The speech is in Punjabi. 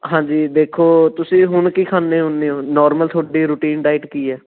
ਹਾਂਜੀ ਦੇਖੋ ਤੁਸੀਂ ਹੁਣ ਕੀ ਖਾਨੇ ਹੁੰਨੇ ਓਂ ਨੌਰਮਲ ਤੁਹਾਡੀ ਰੁਟੀਨ ਡਾਈਟ ਕੀ ਹੈ